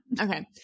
Okay